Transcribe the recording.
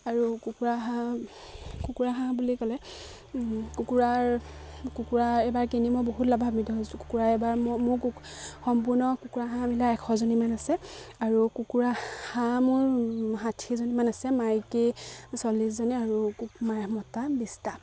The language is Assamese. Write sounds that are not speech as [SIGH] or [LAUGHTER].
আৰু কুকুৰা হাঁহ কুকুৰা হাঁহ বুলি ক'লে কুকুৰাৰ কুকুৰা এবাৰ কিনি মই বহুত লাভাম্বিত হৈছোঁ কুকুৰা এবাৰ মোৰ সম্পূৰ্ণ কুকুৰা হাঁহ [UNINTELLIGIBLE] এশজনীমান আছে আৰু কুকুৰা হাঁহ মোৰ ষাঠিজনীমান আছে মাইকী চল্লিছজনী আৰু মতা বিছটা